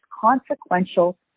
consequential